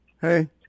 Hey